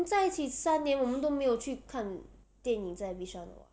我们在一起三年我们都没有去看电影在 bishan 的 [what]